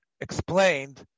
explained